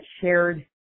shared